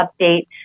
update